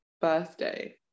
birthday